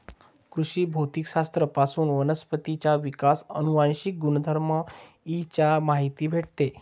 कृषी भौतिक शास्त्र पासून वनस्पतींचा विकास, अनुवांशिक गुणधर्म इ चा माहिती भेटते